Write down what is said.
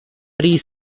three